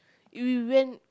w~ we rent